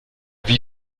wie